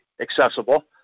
accessible